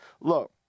look